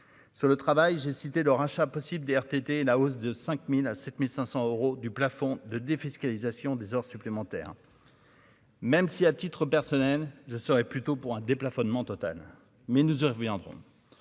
sur le travail, j'ai cité le rachat possible de RTT, la hausse de 5000 à 7500 euros du plafond de défiscalisation des heures supplémentaires. Même si à titre personnel, je serais plutôt pour un déplafonnement total mais nous y reviendrons